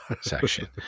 section